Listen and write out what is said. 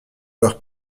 leur